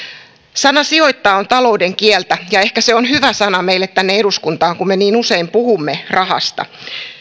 sana sijoittaa on talouden kieltä ja ehkä se on hyvä sana meille tänne eduskuntaan kun me niin usein puhumme rahasta